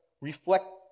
reflect